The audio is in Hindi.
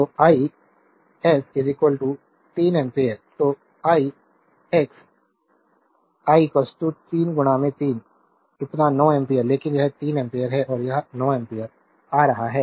तो आई s 3 एम्पीयर तो आई x i 3 3 इतना 9 एम्पीयर लेकिन यह 3 एम्पीयर है और यह 9 एम्पीयर आ रहा है